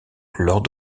lors